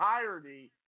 entirety